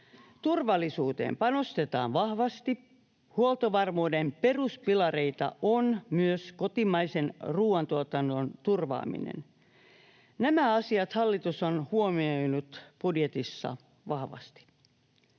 Turvallisuuteen panostetaan vahvasti. Huoltovarmuuden peruspilareita on myös kotimaisen ruuantuotannon turvaaminen. Nämä asiat hallitus on huomioinut budjetissa vahvasti.